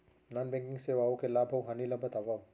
non banking सेवाओं के लाभ अऊ हानि ला बतावव